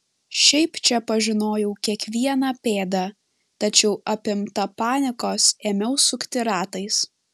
šiaip čia pažinojau kiekvieną pėdą tačiau apimta panikos ėmiau sukti ratais